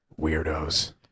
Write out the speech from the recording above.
Weirdos